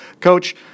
Coach